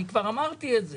אני כבר אמרתי את זה.